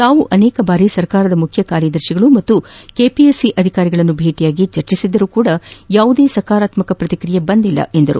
ತಾವು ಅನೇಕ ಬಾರಿ ಸರ್ಕಾರದ ಮುಖ್ಯ ಕಾರ್ಯದರ್ಶಿಗಳು ಹಾಗೂ ಕೆಪಿಎಸ್ಸಿ ಅಧಿಕಾರಿಗಳನ್ನು ಭೇಟಿಯಾಗಿ ಚರ್ಚೆ ನಡೆಸಿದ್ದರೂ ಯಾವುದೇ ಸಕಾರಾತ್ಮಕ ಪ್ರತಿಕ್ರಿಯೆ ಬಂದಿಲ್ಲ ಎಂದರು